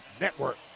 Network